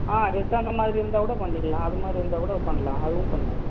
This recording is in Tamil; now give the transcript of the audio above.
ஆ ரெஸ்டாரண்ட் மாதிரி இருந்தால் கூட பண்ணிக்கலாம் அது மாதிரி இருந்தால் கூட பண்ணலாம் அதுவும் பண்ணுவோம்